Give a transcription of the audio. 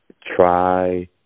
try